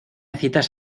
citas